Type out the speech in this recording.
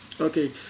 Okay